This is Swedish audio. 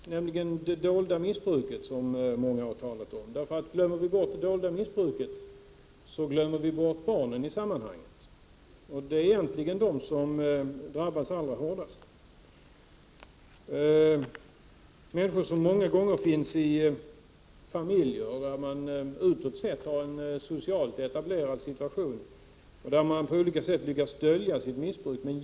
Jag tänker då först på det dolda missbruket, som många har talat om. Glömmer vi bort det dolda missbruket, glömmer vi bort barnen i sammanhanget, och det är egentligen de som drabbas allra hårdast. Det är många gånger människor i familjer med en utåt sett socialt etablerad situation som på olika sätt lyckas dölja sitt missbruk.